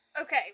Okay